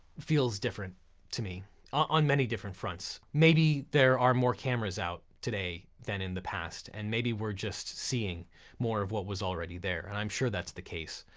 feels different to me on many different fronts. maybe there are more cameras out today than in the past, and maybe we're just seeing more of what was already there, and i'm sure that's the case.